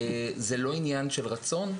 זה לא עניין של רצון,